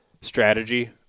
strategy